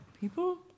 people